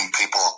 people